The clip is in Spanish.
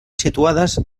situadas